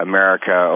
America